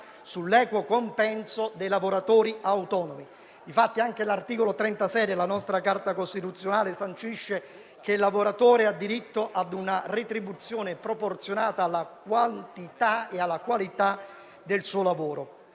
sull'equo compenso dei lavoratori autonomi, infatti anche l'articolo 36 della nostra Carta costituzionale sancisce che il lavoratore ha diritto a una retribuzione proporzionata alla quantità e alla qualità del suo lavoro.